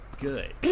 good